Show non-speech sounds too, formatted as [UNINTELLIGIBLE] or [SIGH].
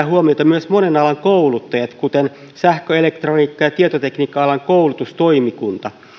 [UNINTELLIGIBLE] huomiota myös monen alan kouluttajat kuten sähkö elektroniikka ja tietotekniikka alan koulutustoimikunta